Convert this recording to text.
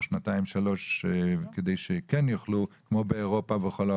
שנתיים או שלוש כדי שיוכלו לעבוד בתנאים מסויימים כמו בשאר העולם,